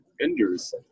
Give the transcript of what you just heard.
vendors